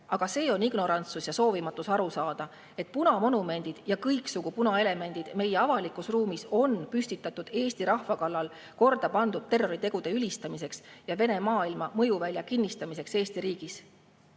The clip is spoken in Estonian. Aga see on ignorantsus ja soovimatus aru saada, et punamonumendid ja kõiksugu punaelemendid meie avalikus ruumis on püstitatud Eesti rahva kallal [toime] pandud terroritegude ülistamiseks ja Vene maailma mõjuvälja kinnistamiseks Eesti riigis.